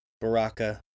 Baraka